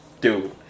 dude